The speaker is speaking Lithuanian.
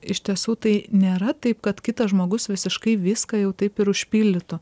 iš tiesų tai nėra taip kad kitas žmogus visiškai viską jau taip ir užpildytų